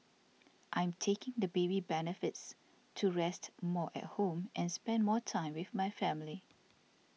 I'm taking the baby benefits to rest more at home and spend more time with my family